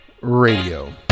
Radio